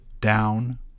down